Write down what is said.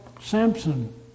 Samson